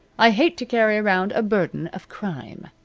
i hate to carry around a burden of crime.